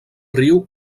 riu